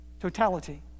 Totality